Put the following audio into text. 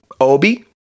Obi